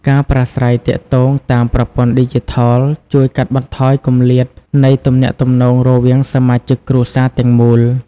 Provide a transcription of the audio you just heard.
ការប្រាស្រ័យទាក់ទងតាមប្រព័ន្ធឌីជីថលជួយកាត់បន្ថយគម្លាតនៃទំនាក់ទំនងរវាងសមាជិកគ្រួសារទាំងមូល។